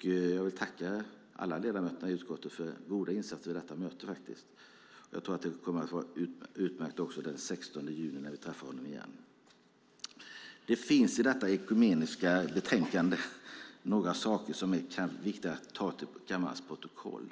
Jag vill tacka alla ledamöter i utskottet för goda insatser vid detta möte. Jag tror att det kommer att vara ett utmärkt möte också den 16 juni när vi träffar honom igen. Det finns i detta ekumeniska betänkande några saker som är viktiga att ta med i kammarens protokoll.